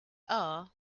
are